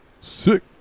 Sick